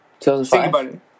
2005